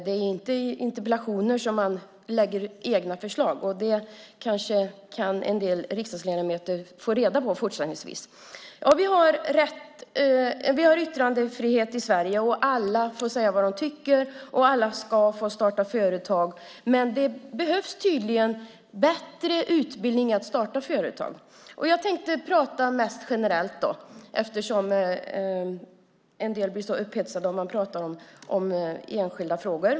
Det är inte i interpellationer som man lägger fram egna förslag, och det kanske en del riksdagsledamöter kan få reda på fortsättningsvis. Vi har yttrandefrihet i Sverige. Alla får säga vad de tycker, och alla ska få starta företag. Men det behövs tydligen bättre utbildning i att starta företag. Jag tänkte prata mest generellt, eftersom en del blir så upphetsade om man pratar om enskilda frågor.